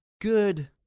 good